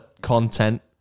content